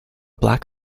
black